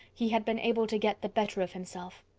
he had been able to get the better of himself.